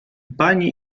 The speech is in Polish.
pani